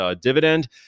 dividend